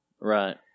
Right